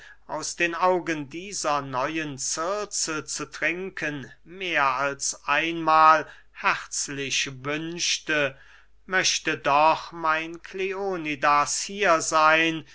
aus den augen dieser neuen circe zu trinken mehr als einmahl herzlich wünschte möchte doch mein kleonidas hier seyn